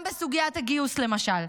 גם בסוגיית הגיוס, למשל,